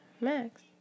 Max